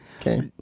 Okay